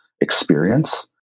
experience